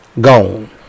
gone